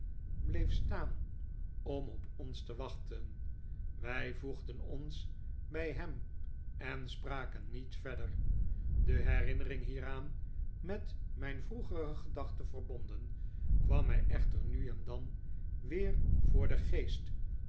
bleef staan om op ons te wachten wij voegden ons bij hem en spraken niet verder de herinnering hieraan met mijn vroegere gedachte verbonden kwam mij echter nu en dan weer voor den geest